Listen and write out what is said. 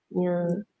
yeah